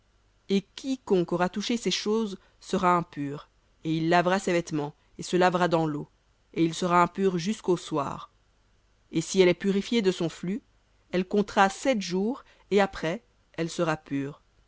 et quiconque aura touché ces choses sera impur et il lavera ses vêtements et se lavera dans l'eau et il sera impur jusqu'au soir v ou et si elle est purifiée de son flux elle comptera sept jours et après elle sera pure